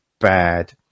bad